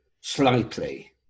slightly